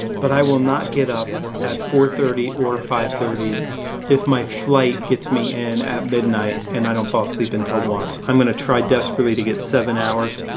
but i will not get up at four thirty or five thirty if my flight gets me in at midnight and i don't fall asleep until one. i'm going to try desperately to get seven hours.